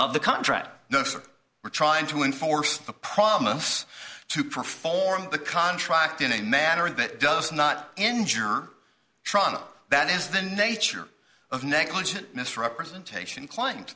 of the contract no sir we're trying to enforce a promise to perform the contract in a manner that does not injure truong that is the nature of negligent misrepresentation cli